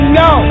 no